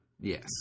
Yes